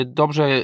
dobrze